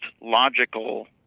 logical